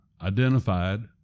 identified